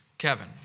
Kevin